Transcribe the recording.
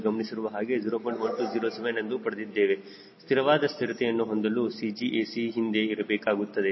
1207 ಎಂದು ಪಡೆದಿದ್ದೇವೆ ಸ್ಥಿರವಾದ ಸ್ಥಿರತೆಯನ್ನು ಹೊಂದಲು CG AC ಹಿಂದೆ ಇರಬೇಕಾಗುತ್ತದೆ